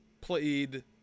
played